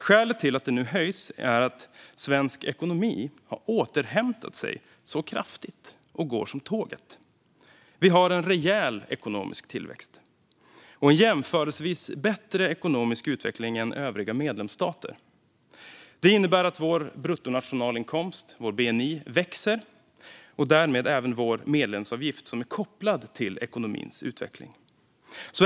Skälet till att den nu höjs är att svensk ekonomi har återhämtat sig så kraftigt och går som tåget. Vi har en rejäl ekonomisk tillväxt och en jämförelsevis bättre ekonomisk utveckling än övriga medlemsstater. Det innebär att vår bruttonationalinkomst - vår bni - växer. Därmed växer även vår medlemsavgift, som är kopplad till ekonomins utveckling.